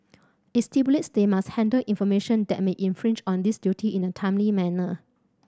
it stipulates they must handle information that may infringe on this duty in a timely manner